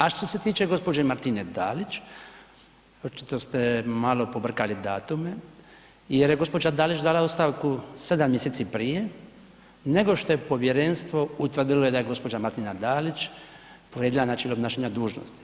A što se tiče gospođe Martine Dalića očito ste malo pobrkali datume, jer je gospođa Dalić dala ostavku 7 mjeseci prije nego što je Povjerenstvo utvrdilo da je gospođa Martina Dalić povrijedila načelo obnašanja dužnosti.